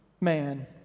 man